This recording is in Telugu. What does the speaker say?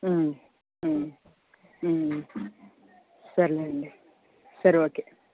సరేలేండి సరే ఓకే